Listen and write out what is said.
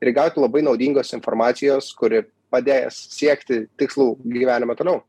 ir gauti labai naudingos informacijos kuri padės siekti tikslų gyvenime toliau